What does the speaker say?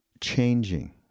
changing